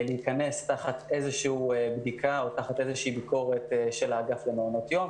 להיכנס תחת איזושהי בדיקה או תחת איזושהי ביקורת של האגף למעונות יום,